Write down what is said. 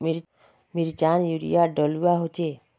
मिर्चान यूरिया डलुआ होचे?